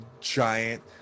giant